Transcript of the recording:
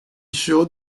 show